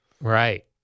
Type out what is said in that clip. Right